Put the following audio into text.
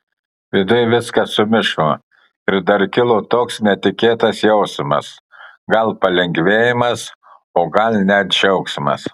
viduj viskas sumišo ir dar kilo toks netikėtas jausmas gal palengvėjimas o gal net džiaugsmas